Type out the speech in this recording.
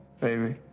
Baby